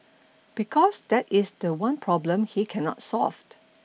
because that is the one problem he cannot solved